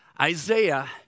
Isaiah